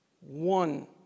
one